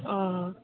ꯑꯥ